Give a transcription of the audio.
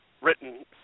written